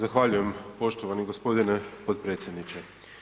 Zahvaljujem poštovani gospodine potpredsjedniče.